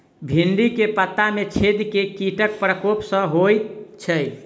भिन्डी केँ पत्ता मे छेद केँ कीटक प्रकोप सऽ होइ छै?